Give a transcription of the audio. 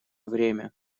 время